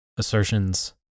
assertions